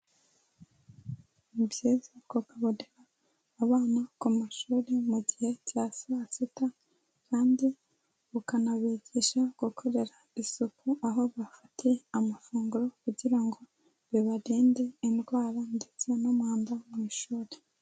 Ni byiza kugaburira abana ku mashuri mu gihe cya saa sita kandi ukanabigisha gukorera isuku aho bafatiye amafunguro kugira ngo bibarinde indwara ndetse n'umwanda mu ishuri.